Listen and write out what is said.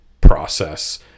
process